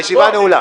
הישיבה נעולה.